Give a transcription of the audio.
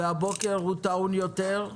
והבוקר הוא טעון יותר,